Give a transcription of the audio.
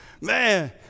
Man